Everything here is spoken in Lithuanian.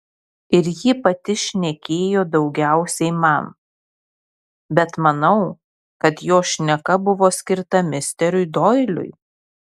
ir ji pati šnekėjo daugiausiai man bet manau kad jos šneka buvo skirta misteriui doiliui